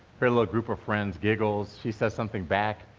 her little group of friends giggles, she says something back.